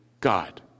God